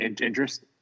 interest